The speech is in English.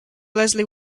leslie